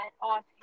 off